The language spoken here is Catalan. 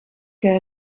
que